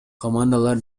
командалар